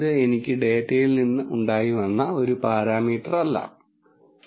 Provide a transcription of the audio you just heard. അതിനാൽ ഒരാൾക്ക് ഉത്തരം നൽകാൻ താൽപ്പര്യമുള്ള സാധാരണ ചോദ്യങ്ങളായിരിക്കും ഇത്